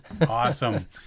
Awesome